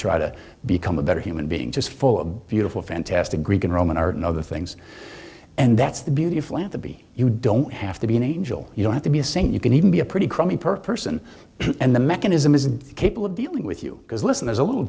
try to become a better human being just for a beautiful fantastic greek and roman art and other things and that's the beauty of land to be you don't have to be an angel you don't have to be a saint you can even be a pretty crummy per person and the mechanism is capable of dealing with you because listen there's a little